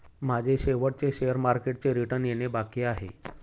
माझे शेवटचे शेअर मार्केटचे रिटर्न येणे बाकी आहे